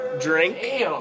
drink